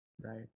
Right